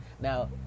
now